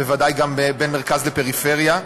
בוודאי גם בין מרכז לפריפריה.